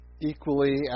equally